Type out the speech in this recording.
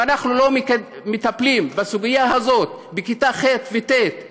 אם אנחנו לא מטפלים בסוגיה הזאת בכיתה ח' וט',